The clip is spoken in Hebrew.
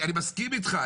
אני מסכים איתך,